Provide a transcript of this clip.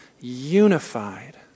unified